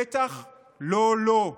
בטח לא לו,